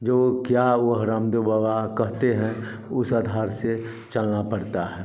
जो क्या वह रामदेव बाबा कहते हैं उस आधार से चलना पड़ता है